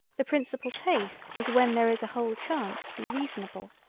the principal taste is when there is a whole chance to be reasonable,